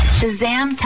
Shazam